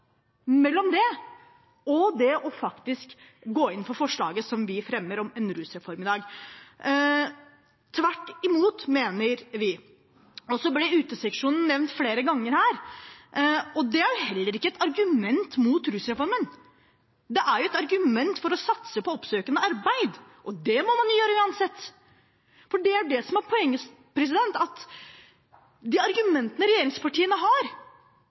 mellom dette og det å faktisk gå inn for forslaget som vi fremmer i dag om en rusreform – tvert imot, mener vi. Uteseksjonen ble nevnt flere ganger her, og det er heller ikke et argument mot rusreformen. Det er et argument for å satse på oppsøkende arbeid – og det må man gjøre uansett. For det er det som er poenget: De argumentene regjeringspartiene har,